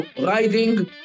riding